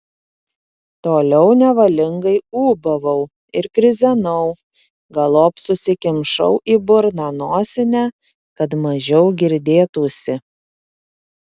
toliau nevalingai ūbavau ir krizenau galop susikimšau į burną nosinę kad mažiau girdėtųsi